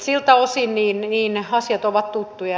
siltä osin asiat ovat tuttuja